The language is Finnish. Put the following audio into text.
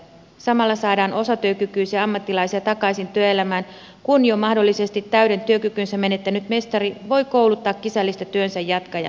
samalla saadaan osatyökykyisiä ammattilaisia takaisin työelämään kun jo mahdollisesti täyden työkykynsä menettänyt mestari voi kouluttaa kisällistä työnsä jatkajan